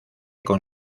con